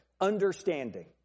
understanding